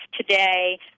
today